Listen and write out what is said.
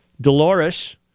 Dolores